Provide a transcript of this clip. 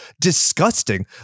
disgusting